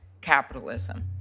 capitalism